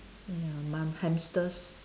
ya mam~ hamsters